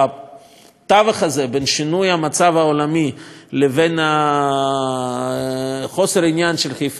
בטווח הזה בין שינוי המצב העולמי לבין חוסר העניין של חיפה כימיקלים,